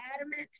adamant